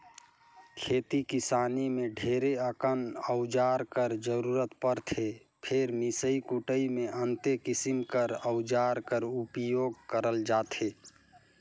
खेती किसानी मे ढेरे अकन अउजार कर जरूरत परथे फेर मिसई कुटई मे अन्ते किसिम कर अउजार कर उपियोग करल जाथे